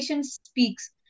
speaks